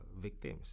victims